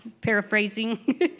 paraphrasing